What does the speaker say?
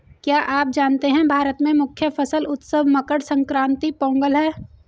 क्या आप जानते है भारत में मुख्य फसल उत्सव मकर संक्रांति, पोंगल है?